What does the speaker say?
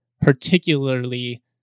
particularly